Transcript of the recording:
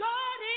God